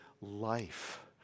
life